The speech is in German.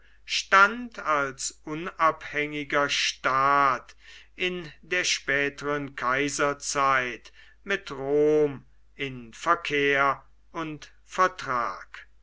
stand als unabhängiger staat in der späteren kaiserzeit mit rom in verkehr und vertrag